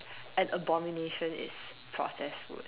an abomination is processed food